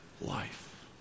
life